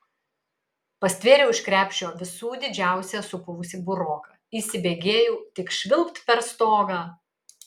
pastvėriau iš krepšio visų didžiausią supuvusį buroką įsibėgėjau tik švilpt per stogą